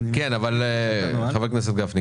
אבל חבר הכנסת גפני,